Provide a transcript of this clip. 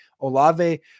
Olave